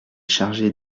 chargé